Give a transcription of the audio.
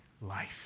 life